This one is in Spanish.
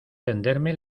tenderme